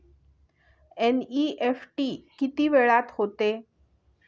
NEFT किती वेळात होते?